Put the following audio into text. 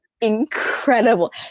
incredible